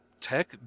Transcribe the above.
tech